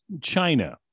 china